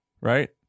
Right